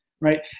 Right